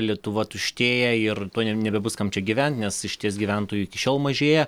lietuva tuštėja ir tuoj nebebus kam čia gyventi nes išties gyventojų iki šiol mažėja